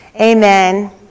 Amen